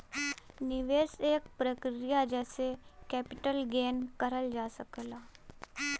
निवेश एक प्रक्रिया जेसे कैपिटल गेन करल जा सकला